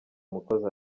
umukozi